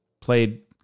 Played